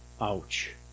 Ouch